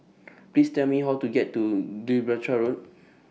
Please Tell Me How to get to Gibraltar Road